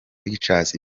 pictures